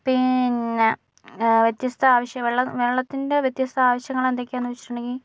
പിന്നെ വ്യത്യസ്ഥ ആവശ്യമുള്ള വെള്ളത്തിൻ്റെ വ്യത്യസ്ഥ ആവശ്യങ്ങൾ എന്തക്കെയാന്ന് വച്ചിട്ടുണ്ടെങ്കിൽ